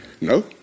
No